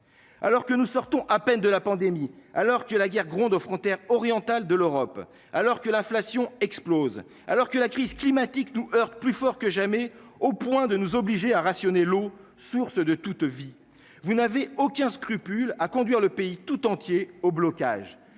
Alors que nous sortons à peine de la pandémie, alors que la guerre gronde aux frontières orientales de l'Europe alors que l'inflation explose, alors que la crise climatique nous heurte plus fort que jamais au point de nous obliger à rationner l'eau source de toute vie. Vous n'avez aucun scrupule à conduire le pays tout entier au blocage.